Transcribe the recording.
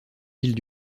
villes